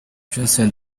jason